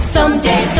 Someday